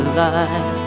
life